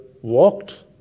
walked